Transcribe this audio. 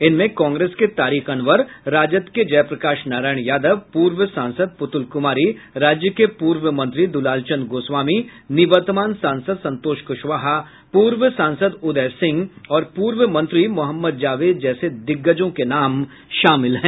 इनमें कांग्रेस के तारिक अनवर राजद के जयप्रकाश नारायण यादव पूर्व सांसद पुतुल कुमारी राज्य के पूर्व मंत्री दुलालचंद्र गोस्वामी निवर्तमान सांसद संतोष कुशवाहा पूर्व सांसद उदय सिंह और पूर्व मंत्री मोहम्मद जावेद जैसे दिग्गजों के नाम शामिल हैं